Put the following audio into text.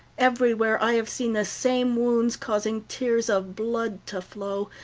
everywhere i have seen the same wounds causing tears of blood to flow,